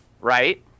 Right